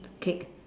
cake